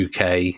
UK